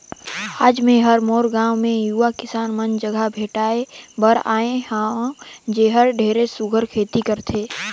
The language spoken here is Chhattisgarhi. आज मैं हर मोर गांव मे यूवा किसान मन जघा भेंटाय बर आये हंव जेहर ढेरेच सुग्घर खेती करथे